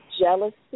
jealousy